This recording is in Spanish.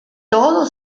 todo